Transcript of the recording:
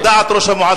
על דעת ראש המועצה.